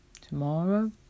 tomorrow